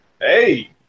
hey